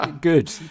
Good